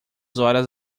horas